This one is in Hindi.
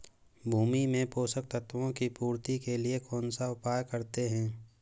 भूमि में पोषक तत्वों की पूर्ति के लिए कौनसा उपाय करते हैं?